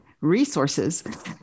resources